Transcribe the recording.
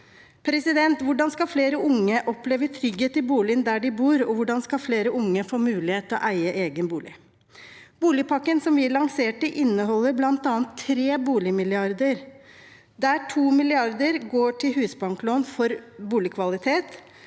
2024 4793 Hvordan skal flere unge oppleve trygghet i boligen der de bor, og hvordan skal flere unge få mulighet til å eie egen bolig? Boligpakken som vi lanserte, inneholder bl.a. tre boligmilliarder, der 2 mrd. kr går til husbanklån for boligkvalitet.